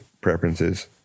preferences